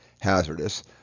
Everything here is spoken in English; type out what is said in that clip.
hazardous